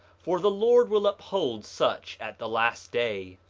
for the lord will uphold such at the last day.